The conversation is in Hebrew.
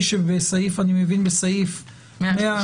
אני מבין שהיא: "בסעיף 133א(ד),